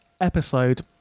episode